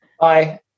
Bye